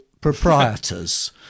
proprietors